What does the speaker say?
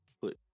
put